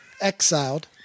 exiled